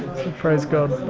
praise god.